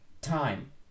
time